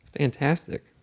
Fantastic